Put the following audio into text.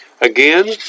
Again